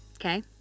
Okay